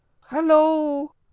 Hello